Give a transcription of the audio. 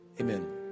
Amen